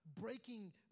breaking